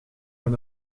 met